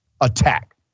attack